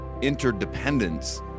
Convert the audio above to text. interdependence